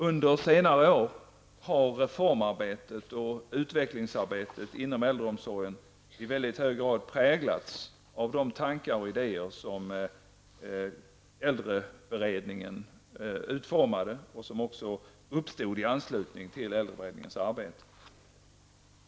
Under senare år har reformarbetet och utvecklingsarbetet inom äldreomsorgen i mycket hög grad präglats av de tankar och idéer som äldreberedningen utformade och som också uppstod i anslutning till äldreberedningens arbete.